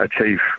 achieve